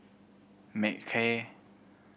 Mackay